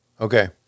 Okay